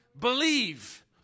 believe